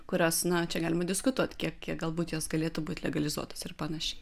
kurios na čia galima diskutuot kiek kiek galbūt jos galėtų būti legalizuotos ir panašiai